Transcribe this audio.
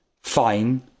Fine